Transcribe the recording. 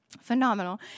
Phenomenal